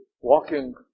walking